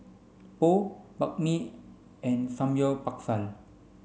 Pho Banh Mi and Samgyeopsal